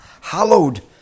hallowed